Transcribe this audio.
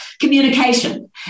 communication